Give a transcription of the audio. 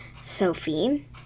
Sophie